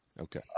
Okay